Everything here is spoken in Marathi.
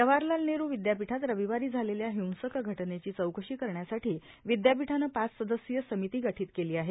जवाहरलाल नेहरू विद्यापीठात रविवारी झालेल्या हिंसक घटनेची चौकशी करण्यासाठी विद्यापीठानं पाच सदस्यीय समिती गठीत केली आहे